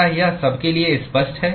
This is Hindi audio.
क्या यह सबके लिए स्पष्ट है